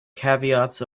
caveats